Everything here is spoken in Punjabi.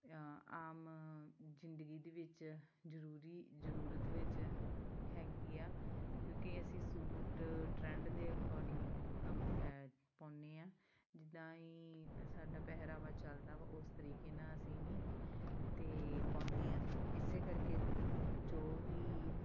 ਆਮ ਜ਼ਿੰਦਗੀ ਦੇ ਵਿੱਚ ਜ਼ਰੂਰੀ ਜ਼ਰੂਰਤ ਵਿੱਚ ਹੈਗੀ ਆ ਕਿਉਂਕਿ ਅਸੀਂ ਸੂਟ ਟਰੈਂਡ ਦੇ ਅਕੋਰਡਿੰਗ ਕੰਮ ਪਾਉਂਦੇ ਹਾਂ ਜਿੱਦਾਂ ਹੀ ਸਾਡਾ ਪਹਿਰਾਵਾ ਚੱਲਦਾ ਉਸ ਤਰੀਕੇ ਨਾਲ ਅਸੀਂ ਵੀ ਅਤੇ ਪਾਉਂਦੇ ਹਾਂ ਇਸ ਕਰਕੇ ਜੋ ਵੀ